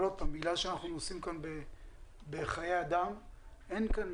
בגלל שאנחנו עוסקים כאן בחיי אדם אין כאן